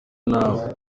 ntawe